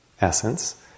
essence